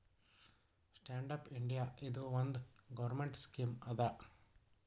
stand up India ಇದು ಒಂದ್ government scheme ಅದಾ